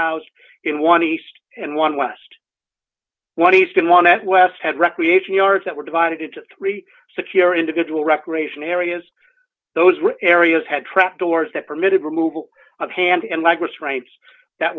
house in one east and one west what he's going one at west had recreation yards that were divided into three secure individual recreation areas those areas had trap doors that permitted removal of hand and